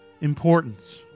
importance